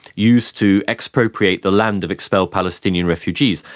used to expropriate the land of expelled palestinian refugees,